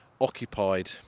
occupied